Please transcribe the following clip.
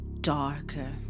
darker